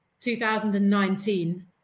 2019